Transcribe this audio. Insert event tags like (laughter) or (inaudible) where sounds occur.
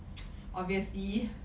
(noise) obviously